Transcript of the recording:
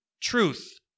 truth